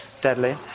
deadly